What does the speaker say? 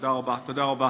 תודה רבה, תודה רבה.